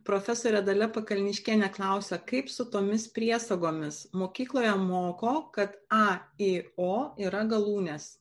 profesorė dalia pakalniškienė klausia kaip su tomis priesagomis mokykloje moko kad a i o yra galūnes